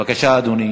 בבקשה, אדוני.